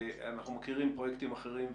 אנחנו מכירים פרויקטים אחרים,